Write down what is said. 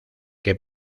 que